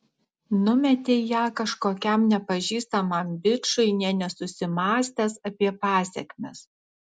numetei ją kažkokiam nepažįstamam bičui nė nesusimąstęs apie pasekmes